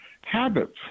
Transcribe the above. habits